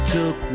Took